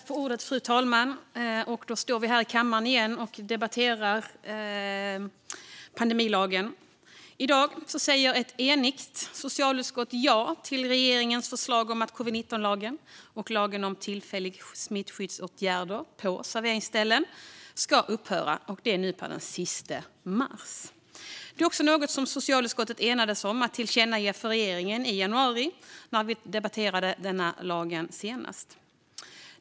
Fru talman! Nu är vi här i kammaren igen och debatterar pandemilagen. I dag säger ett enigt socialutskott ja till regeringens förslag om att covid-19-lagen och lagen om tillfälliga smittskyddsåtgärder på serveringsställen ska upphöra den 31 mars. Detta är också något som socialutskottet enades om att tillkännage för regeringen i januari, när vi debatterade lagen senast.